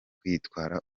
kwitwara